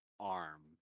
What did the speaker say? Arm